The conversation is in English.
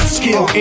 skill